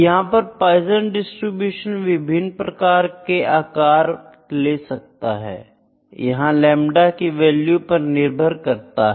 यहां पर Poisson distribution विभिन्न प्रकार के आकार ले सकता है यह लेमड़ा की वैल्यू पर निर्भर करता है